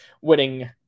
winning